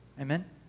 Amen